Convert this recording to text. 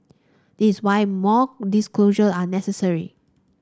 this is why more disclosure are necessary